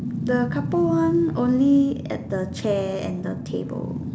the couple one only at the chair and the table